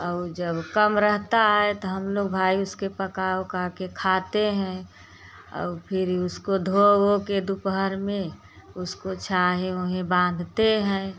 और जब कम रेहता है तो हम लोग भई उसके पका वका के खाते हैं आउ फिर उसको धो वो कर दोपहर में उसको छांहे वोहे बांधते हैं